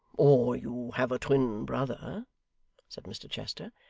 or you have a twin brother said mr chester,